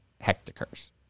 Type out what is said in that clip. hectares